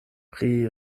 pri